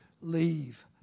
leave